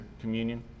communion